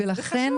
זה חשוב.